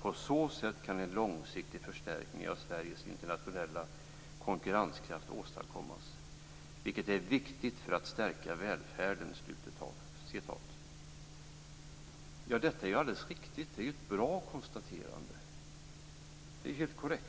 På så sätt kan en långsiktig förstärkning av Sveriges internationella konkurrenskraft åstadkommas, vilket är viktigt för att stärka välfärden." Detta är ju alldeles riktigt. Det är ju ett bra konstaterande. Det är helt korrekt.